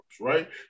right